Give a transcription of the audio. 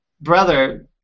brother